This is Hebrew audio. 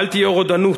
לא תהיה רודנות,